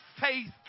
faith